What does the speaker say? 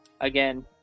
again